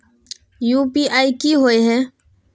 UPI की होय है?